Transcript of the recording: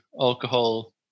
alcohol